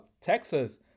Texas